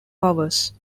powers